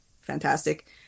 Fantastic